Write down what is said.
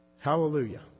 Hallelujah